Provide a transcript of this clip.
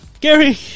Gary